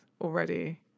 already